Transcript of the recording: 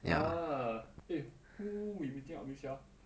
ah eh who we meeting up with sia